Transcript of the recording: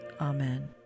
Amen